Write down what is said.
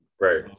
Right